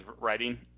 writing